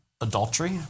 adultery